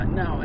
no